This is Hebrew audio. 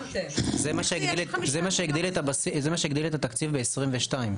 זה מה שהגדיל את התקציב ב-2022.